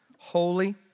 Holy